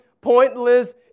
pointless